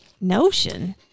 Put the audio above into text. notion